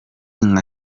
nka